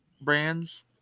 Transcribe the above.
brands